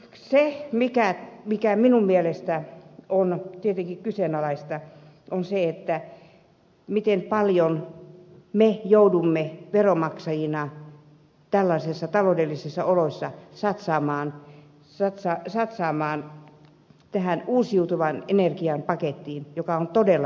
se mikä on tietenkin kyseenalaista on se miten paljon me joudumme veronmaksajina tällaisissa taloudellisissa oloissa satsaamaan uusiutuvan energian pakettiin joka on todella mittava